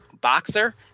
boxer